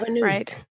right